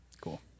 Cool